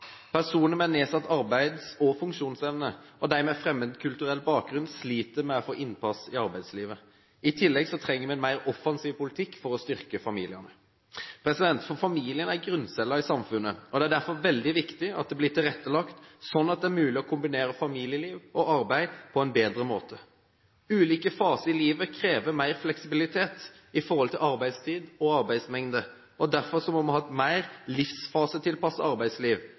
Personer med nedsatt arbeids- og funksjonsevne og de med fremmedkulturell bakgrunn sliter med å få innpass i arbeidslivet. I tillegg trenger vi en mer offensiv politikk for å styrke familiene. Familien er grunncellen i samfunnet. Det er derfor veldig viktig at det blir tilrettelagt slik at det er mulig å kombinere familieliv og arbeid på en bedre måte. Ulike faser i livet krever mer fleksibilitet når det gjelder arbeidstid og arbeidsmengde. Derfor må vi ha et mer livsfasetilpasset arbeidsliv,